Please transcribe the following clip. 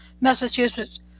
Massachusetts